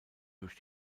durch